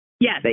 Yes